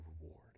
reward